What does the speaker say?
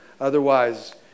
Otherwise